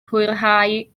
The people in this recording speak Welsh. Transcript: hwyrhau